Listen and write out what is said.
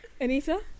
Anita